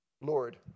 Lord